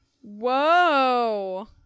Whoa